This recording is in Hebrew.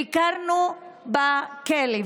ביקרנו בכלא,